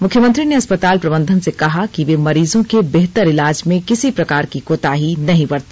मुख्यमंत्री ने अस्पताल प्रबंधन से कहा कि वे मरीजों के बेहतर इलाज में किसी प्रकार की कोताही नहीं बरते